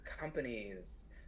companies